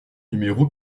numéro